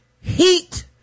heat